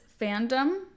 Fandom